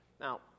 Now